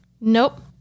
Nope